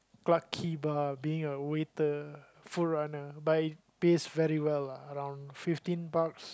Clarke-Quay bar being a waiter full runner but it pays very well lah around fifteen bucks